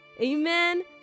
Amen